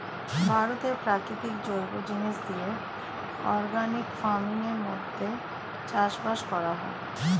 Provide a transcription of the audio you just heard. ভারতে প্রাকৃতিক জৈব জিনিস দিয়ে অর্গানিক ফার্মিং এর মাধ্যমে চাষবাস করা হয়